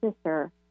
sister